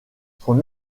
son